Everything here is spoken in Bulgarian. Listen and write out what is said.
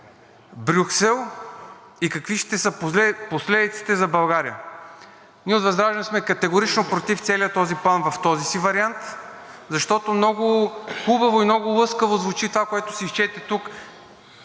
Брюксел и какви ще са последиците за България. Ние от ВЪЗРАЖДАНЕ сме категорично против целия този план в този му вариант, защото много хубаво и много лъскаво звучи това, което се изчете тук,